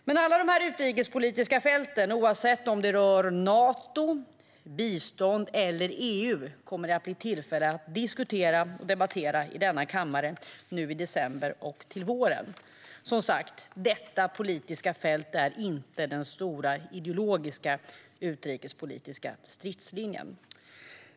Men alla dessa utrikespolitiska fält, oavsett om de rör Nato, bistånd eller EU, kommer det att bli tillfälle att diskutera och debattera i denna kammare i december och till våren. Som sagt är det inte på detta politiska fält som det finns en stor ideologisk utrikespolitisk stridslinje.